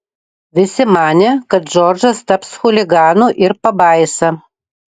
visi manė kad džordžas taps chuliganu ir pabaisa